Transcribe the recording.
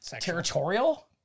territorial